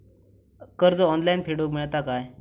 कर्ज ऑनलाइन फेडूक मेलता काय?